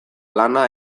lana